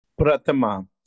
Pratama